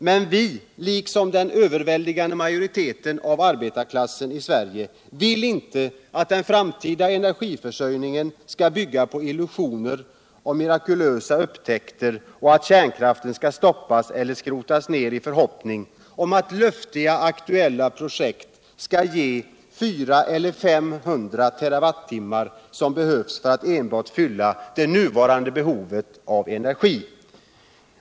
Men vi —- liksom den överväldigande majoriteten av arbetarklassen i Sverige — vill inte att den framtida energiförsörjningen skall bygga på illusioner om mirakulösa upptäckter och att kärnkraften skall stoppas eller skrotas i förhoppning om att luftiga, aktuella projekt skall ge de 400 cher 500 terawattimmar som behövs för att enbart fylla det nuvarande behovet av energi.